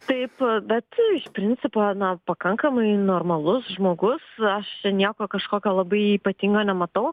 taip bet iš principo na pakankamai normalus žmogus aš nieko kažkokio labai ypatingo nematau